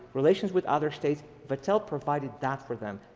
relations with other states, vattel provided that for them.